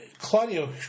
Claudio